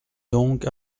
donc